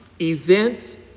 events